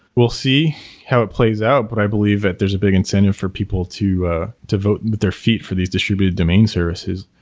we'll see how it plays out, but i believe that there's a big incentive for people to ah to vote and their feet for these distributed domain services,